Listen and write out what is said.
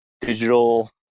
digital